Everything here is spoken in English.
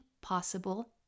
possible